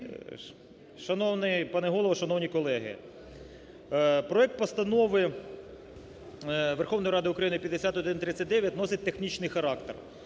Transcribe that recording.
Шановний пане Голово, шановні колеги, проект Постанови Верховної Ради України 5139 носить технічний характер.